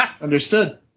Understood